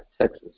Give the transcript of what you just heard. Texas